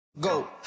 go